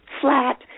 flat